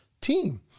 team